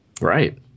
Right